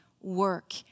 work